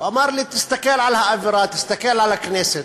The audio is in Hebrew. הוא אמר לי: תסתכל על האווירה, תסתכל על הכנסת.